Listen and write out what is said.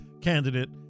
candidate